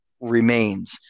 remains